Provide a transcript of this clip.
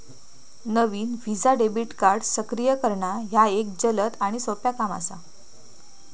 नवीन Visa debit card सक्रिय करणा ह्या एक जलद आणि सोपो काम असा